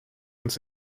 uns